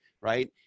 right